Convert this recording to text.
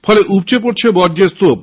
ফলে উপচে পড়ছে বর্জ্যের স্তূপ